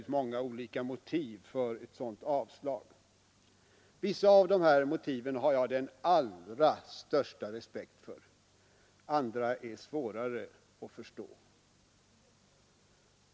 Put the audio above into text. Många olika motiv har anförts för avslag. Vissa av dem har jag den allra största respekt för — andra är svårare att förstå.